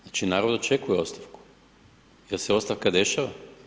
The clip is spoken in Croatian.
Znači, narod očekuje ostavku, jel se ostavka dešava?